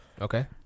okay